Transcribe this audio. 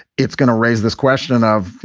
it's going to raise this question of, you